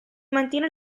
mantiene